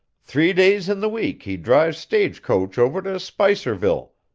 three days in the week he drives stage coach over to spicerville,